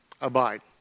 abide